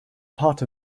part